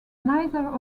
neither